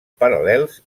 paral·lels